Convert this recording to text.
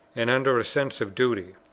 and under a sense of duty.